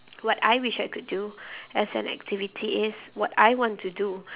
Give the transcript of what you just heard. what I wish I could do as an activity is what I want to do